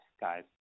guys